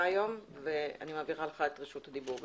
היום ואני מעבירה לך את רשות הדיבור.